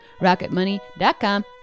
rocketmoney.com